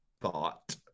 thought